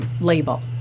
label